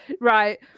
Right